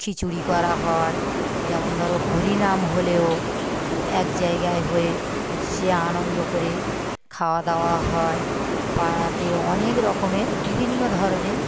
খিচুড়ি করা হয় যেমন ধরো হরিনাম হলেও সব এক জায়গায় হয়ে সে আনন্দ করে খাওয়া দাওয়া হয় পাড়াতে অনেক রকমের বিভিন্ন ধরনের